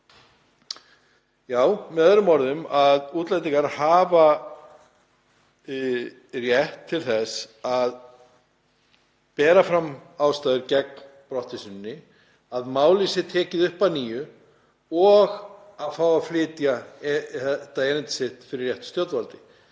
Með öðrum orðum hafa útlendingar rétt til þess að bera fram ástæður gegn brottvísuninni, að málið sé tekið upp að nýju og að fá að flytja þetta erindi sitt fyrir réttu stjórnvaldi